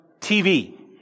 TV